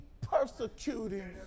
persecuting